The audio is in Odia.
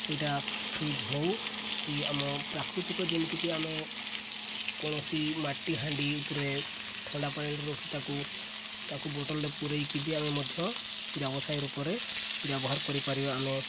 ସେଇଟା ଫ୍ରିଜ୍ ହଉ କି ଆମ ପ୍ରାକୃତିକ ଯେମିତିକି ଆମେ କୌଣସି ମାଟି ହାଣ୍ଡି ଉପରେ ଥଣ୍ଡା ପାଣିରେ ରଖି ତାକୁ ତାକୁ ବୋଟଲ୍ରେ ପୁରାଇକି ବି ଆମେ ମଧ୍ୟ ବ୍ୟବସାୟ ଉପରେ ବ୍ୟବହାର କରିପାରିବା ଆମେ